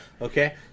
Okay